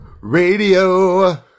radio